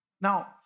Now